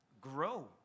grow